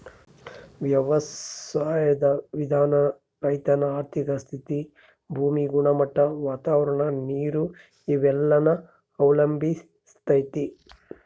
ವ್ಯವಸಾಯುದ್ ವಿಧಾನಾನ ರೈತನ ಆರ್ಥಿಕ ಸ್ಥಿತಿ, ಭೂಮಿ ಗುಣಮಟ್ಟ, ವಾತಾವರಣ, ನೀರು ಇವೆಲ್ಲನ ಅವಲಂಬಿಸ್ತತೆ